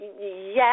Yes